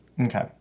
Okay